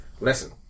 Listen